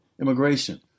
immigration